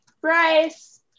Bryce